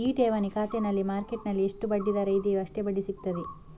ಈ ಠೇವಣಿ ಖಾತೆನಲ್ಲಿ ಮಾರ್ಕೆಟ್ಟಿನಲ್ಲಿ ಎಷ್ಟು ಬಡ್ಡಿ ದರ ಇದೆಯೋ ಅಷ್ಟೇ ಬಡ್ಡಿ ಸಿಗ್ತದೆ